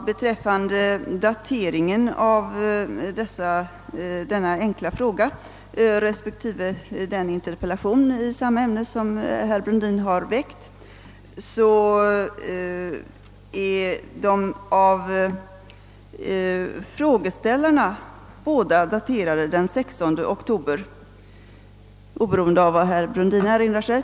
Herr talman! Denna enkla fråga och den interpellation i samma ämne som herr Brundin framställt i första kammaren är av respektive frågeställare daterade den 16 oktober, oberoende av vad herr Brundin har erinrat sig.